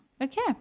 Okay